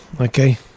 okay